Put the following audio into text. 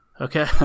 Okay